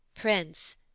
Prince